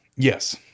Yes